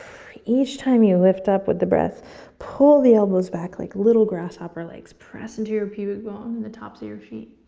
each time you lift up with the breath, pull the elbows back like little grasshopper legs, press into your pubic bone and the tops of your feet.